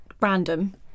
random